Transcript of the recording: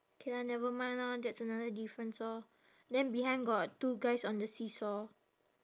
K lah never mind lah that's another difference orh then behind got two guys on the seesaw